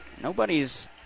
Nobody's